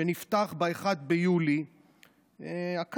שנפתח ב-1 ביולי 2021,